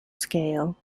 scale